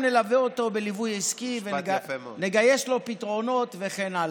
ואנחנו גם נלווה אותו בליווי עסקי ונגייס לו פתרונות וכן הלאה.